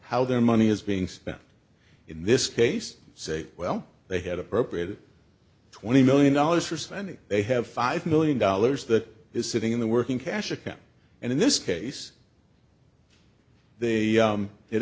how their money is being spent in this case say well they had appropriated twenty million dollars or so and they have five million dollars that is sitting in the working cash account and in this case they